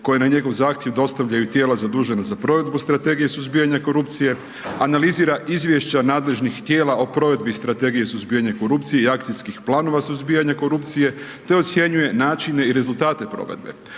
koje na njegov dostavljaju tijela zadužena za provedbu Strategije suzbijanja korupcije, analizira izvješća nadležnih tijela o provedbi Strategije suzbijanja korupcije i akcijskih planova suzbijanja korupcije te ocjenjuje načine i rezultate provedbe,